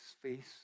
face